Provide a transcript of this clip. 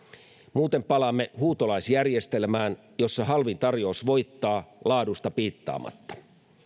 muuten palaamme huutolaisjärjestelmään jossa halvin tarjous voittaa laadusta piittaamatta